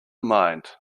mind